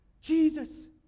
Jesus